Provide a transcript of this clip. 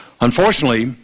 Unfortunately